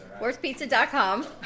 WorstPizza.com